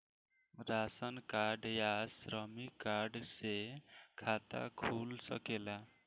Ration card या श्रमिक card से खाता खुल सकेला का?